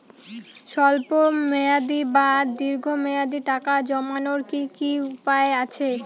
স্বল্প মেয়াদি বা দীর্ঘ মেয়াদি টাকা জমানোর কি কি উপায় আছে?